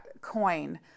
coin